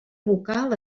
vocal